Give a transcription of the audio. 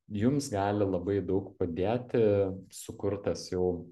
jums gali labai daug padėti sukurtas jau